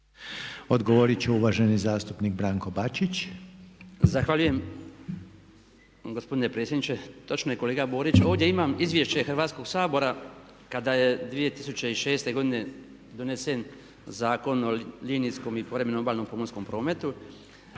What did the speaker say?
Odgovorit će uvaženi zastupnik Branko Bačić. **Bačić, Branko (HDZ)** Zahvaljujem gospodine predsjedniče. Točno je kolega Borić. Ovdje imam Izvješće Hrvatskog sabora kada je 2006.godine donesen Zakon o linijskom i povremenom obalnom pomorskom prometu.